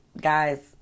Guys